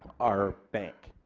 our bank.